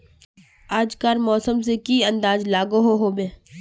आज कार मौसम से की अंदाज लागोहो होबे?